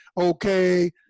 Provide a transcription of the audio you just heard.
okay